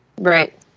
Right